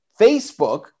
Facebook